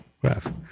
Graph